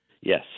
Yes